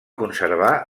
conservar